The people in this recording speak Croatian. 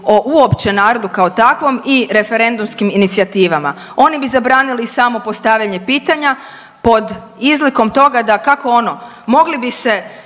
uopće narodu kao takvom i referendumskim inicijativama. Oni bi zabranili samo postavljanje pitanja pod izlikom toga da kako ono mogli bi se